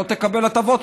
לא תקבל הטבות,